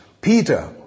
Peter